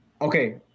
okay